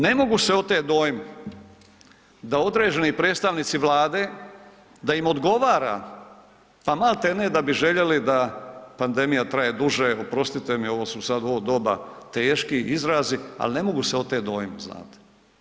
Ne mogu se otet dojmu da određeni predstavnici Vlade, da im odgovara, pa malte ne da bi željeli da pandemija traje duže, oprostite mi ovo su sad u ovo doba teški izrazi, al ne mogu se otet dojmu, znate.